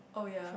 oh ya